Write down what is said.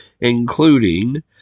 including